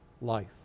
life